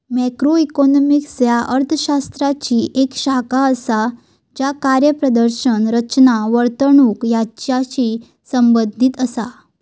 macroeconomics ह्या अर्थ शास्त्राची येक शाखा असा ज्या कार्यप्रदर्शन, रचना, वर्तणूक यांचाशी संबंधित असा